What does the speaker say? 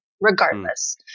regardless